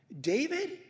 David